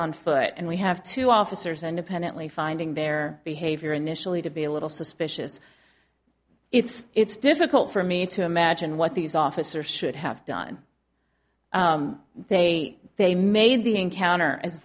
on foot and we have two officers and dependently finding their behavior initially to be a little suspicious it's it's difficult for me to imagine what these officers should have done they they made the encounter a